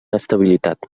estabilitat